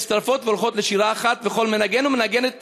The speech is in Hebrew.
"מצטרפות והולכות לשירה אחת וכל מנגן ומנגנת